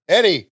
Eddie